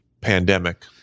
pandemic